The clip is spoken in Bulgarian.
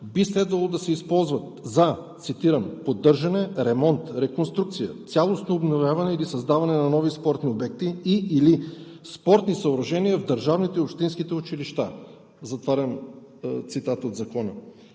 би следвало да се използват за, цитирам: „поддържане, ремонт, реконструкция, цялостно обновяване или създаване на нови спортни обекти и/или спортни съоръжения в държавните и общинските училища“ – затварям цитата от Закона.